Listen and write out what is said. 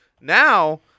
now